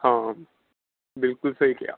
ਹਾਂ ਬਿਲਕੁਲ ਸਹੀ ਕਿਹਾ